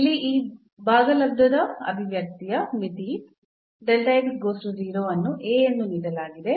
ಇಲ್ಲಿ ಈ ಭಾಗಲಬ್ಧದ ಅಭಿವ್ಯಕ್ತಿಯ ಮಿತಿ ಅನ್ನು A ಎಂದು ನೀಡಲಾಗಿದೆ